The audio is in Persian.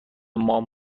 مام